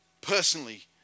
Personally